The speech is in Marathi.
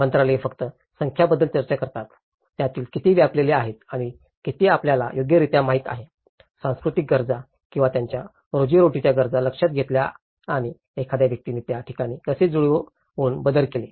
मंत्रालये फक्त संख्यांबद्दल चर्चा करतात त्यातील किती व्यापलेल्या आहेत आणि किती आपल्याला योग्यरित्या माहित आहेत सांस्कृतिक गरजा किंवा त्यांच्या रोजीरोटीच्या गरजा लक्षात घेतल्या आणि एखाद्या व्यक्तीने या ठिकाणी कसे जुळवून बदल केले